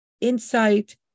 insight